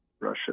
Russia